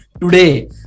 Today